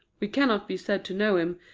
we cannot be said to know him,